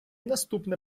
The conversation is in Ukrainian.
наступне